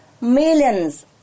millions